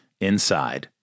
inside